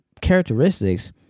characteristics